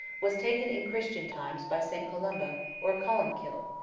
was taken in christian times by st. colomba or columb kill,